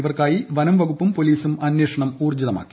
ഇവർക്കായി ഴനംവകുപ്പും പൊലീസും അന്വേഷണം ഊർജിതമാക്കി